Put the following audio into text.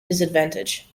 disadvantage